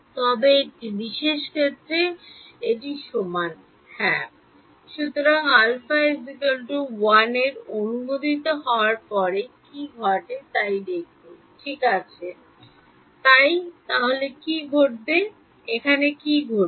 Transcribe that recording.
তবে একটি বিশেষ ক্ষেত্রে এটি সমান হ্যাঁ সুতরাং α 1 এর অনুমোদিত হওয়ার পরে কী ঘটে তা দেখুন ঠিক আছে তাই তাহলে কি ঘটবে এখানে কি ঘটবে